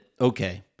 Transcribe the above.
okay